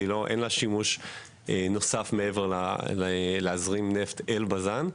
אין לה שימוש נוסף מעבר להזרמת נפט אל בז"ן.